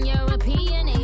European